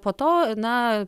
po to na